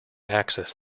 access